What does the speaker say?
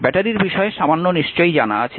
ব্যাটারির বিষয়ে সামান্য নিশ্চয়ই জানা আছে